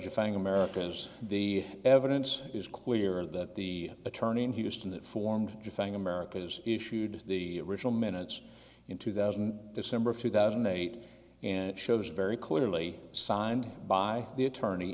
defending america is the evidence is clear that the attorney in houston that formed america has issued the original minutes in two thousand december of two thousand and eight and it shows very clearly signed by the attorney